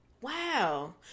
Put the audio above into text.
Wow